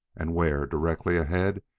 and where, directly ahead,